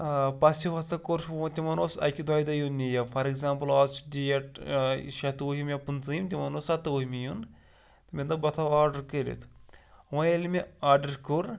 پَژھیو ہَسا کوٚر فون تِمَن اوس اَکہِ دوٚیہِ دۄہہِ یُن نیب فار اٮ۪کزامپٕل اَز چھِ ڈیٹ شَتہٕ وُہِم یا پٕنٛژٕہِم تِمَن اوس ستووُہِمہِ یُن تہٕ مےٚ دوٚپ بہٕ تھاوٕ آڈَر کٔرِتھ وۄنۍ ییٚلہِ مےٚ آڈَر کوٚر